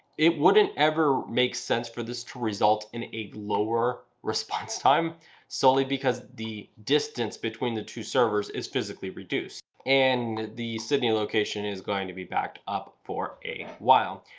it wouldn't ever make sense for this to result in a lower response time solely because the distance between the two servers is physically reduced and the sydney location is going to be backed up for a while.